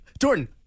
Jordan